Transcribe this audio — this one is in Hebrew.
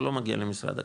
הוא לא מגיע למשרד הקליטה.